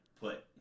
put